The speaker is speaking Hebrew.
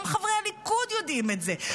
גם חברי הליכוד יודעים את זה,